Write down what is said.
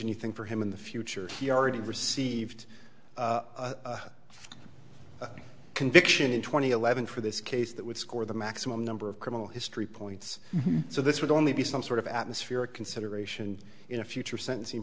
anything for him in the future he already received a conviction in two thousand and eleven for this case that would score the maximum number of criminal history points so this would only be some sort of atmosphere of consideration in a future sentencing